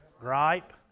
gripe